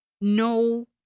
no